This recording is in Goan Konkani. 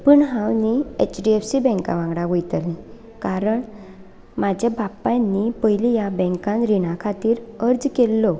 पूण हांव न्ही एचडीएफसी बँका वांगडा वयतले कारण म्हाज्या बापायन न्ही पयलीं ह्या बँँकान रिणा खातीर अर्ज केल्लो